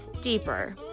deeper